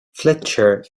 fletcher